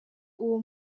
uwo